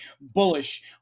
bullish